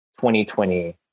2020